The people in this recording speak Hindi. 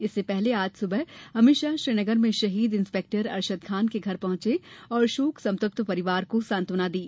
इससे पहले आज सुबह अमित शाह श्रीनगर में शहीद इंस्पेक्टर अशरद खान के घर पहुंचे और शोक संतप्त परिवार को सांत्वना दी